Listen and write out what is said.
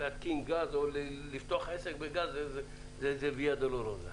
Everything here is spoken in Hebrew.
כדי להתקין גז או לפתוח עסק בגז זה ויה דולורוזה.